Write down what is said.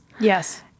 Yes